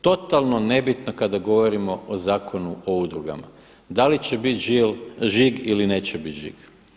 Totalno nebitno kada govorimo o Zakonu o udrugama da li će biti žig ili neće biti žig.